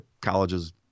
colleges